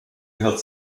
gehört